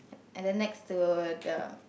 and then next to the